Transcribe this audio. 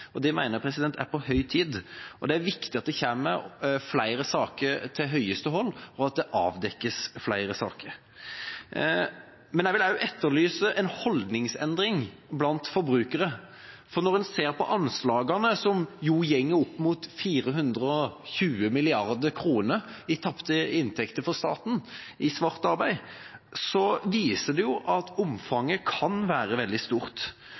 og det mener jeg er på høy tid. Det er viktig at det kommer flere saker til høyeste hold, og at det avdekkes flere saker. Men jeg vil også etterlyse en holdningsendring blant forbrukere, for når en ser på anslagene, som går opp mot 420 mrd. kr i tapte inntekter for staten i svart arbeid, viser det at omfanget kan være veldig stort.